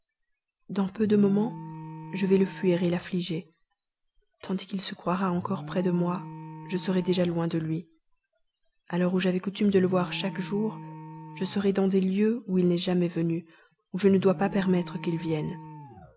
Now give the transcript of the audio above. dans peu de moments je vais le fuir et l'affliger tandis qu'il se croira encore près de moi je serai déjà loin de lui à l'heure où j'avais coutume de le voir chaque jour je serai dans des lieux où il n'est jamais venu où je ne dois pas permettre qu'il vienne